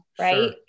right